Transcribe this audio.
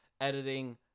editing